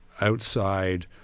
outside